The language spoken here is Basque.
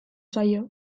zaio